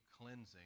cleansing